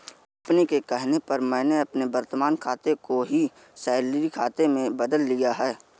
company के कहने पर मैंने अपने वर्तमान खाते को ही सैलरी खाते में बदल लिया है